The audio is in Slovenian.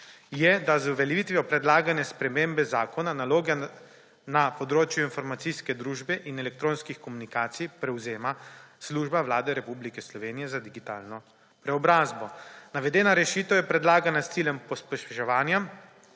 je, da z uveljavitvijo predlagane spremembe zakona naloge na področju informacijske družbe in elektronskih komunikacij prevzema Služba Vlade Republike Slovenije za digitalno preobrazbo. Navedena rešitev je predlagana s ciljem pospeševanja